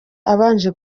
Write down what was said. abanje